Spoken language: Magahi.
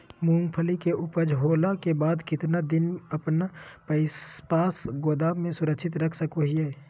मूंगफली के ऊपज होला के बाद कितना दिन अपना पास गोदाम में सुरक्षित रख सको हीयय?